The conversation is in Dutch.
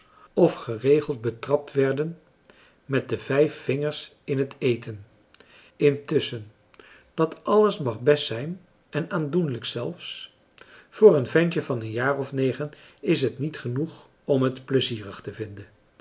of geregeld betrapt werden met de vijf vingers in het eten intusschen dat alles mag best zijn en aandoenlijk zelfs voor een ventje van een jaar of negen is het niet genoeg om het pleizierig te vinden